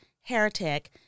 heretic